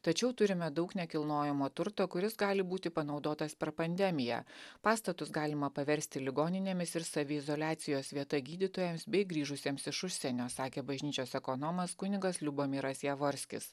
tačiau turime daug nekilnojamo turto kuris gali būti panaudotas per pandemiją pastatus galima paversti ligoninėmis ir saviizoliacijos vieta gydytojams bei grįžusiems iš užsienio sakė bažnyčios ekonomas kunigas liubomiras jevarskis